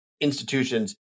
institutions